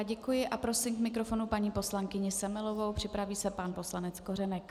Děkuji a prosím k mikrofonu paní poslankyni Semelovou, připraví se pan poslanec Kořenek.